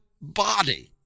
body